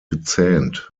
gezähnt